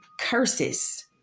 curses